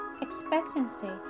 expectancy